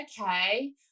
okay